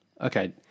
Okay